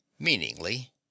Meaningly